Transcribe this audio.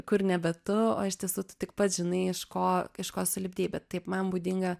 kur nebe tu o iš tiesų tik pats žinai iš ko iš ko sulipdei bet taip man būdinga